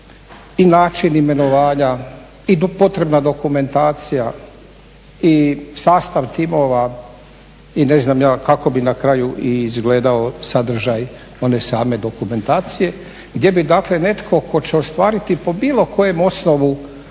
i način imenovanja i potrebna dokumentacija i sastav timova i ne znam ni ja kako bi na kraju i izgledao sadržaj one same dokumentacije. Gdje bi dakle netko tko će ostvariti po bilo kojem osnovu